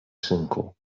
synku